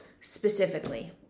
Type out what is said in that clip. specifically